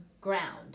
ground